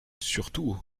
surtout